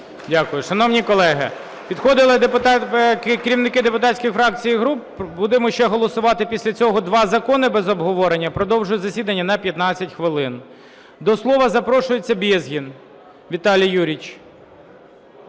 Дякую. Шановні колеги, підходили керівники депутатських фракцій і груп, будемо ще голосувати після цього два закони без обговорення, продовжую засідання на 15 хвилин. До слова запрошується Безгін Віталій Юрійович.